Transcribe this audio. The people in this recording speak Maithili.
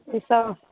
ईसब